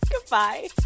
Goodbye